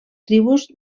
tribus